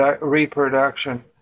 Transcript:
reproduction